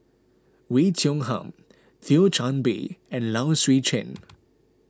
Oei Tiong Ham Thio Chan Bee and Low Swee Chen